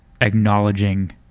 acknowledging